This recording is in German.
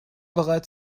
bereit